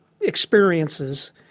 experiences